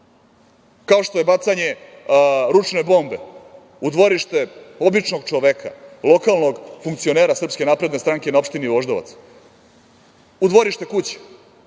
kao što je bacanje ručne bombe u dvorište običnog čoveka, lokalnog funkcionera Srpske napredne stranke na opštini Voždovac, u dvorište kuće,